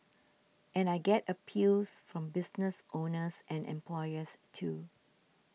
and I get appeals from business owners and employers too